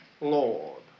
Lord